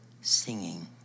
singing